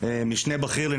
בוקר טוב.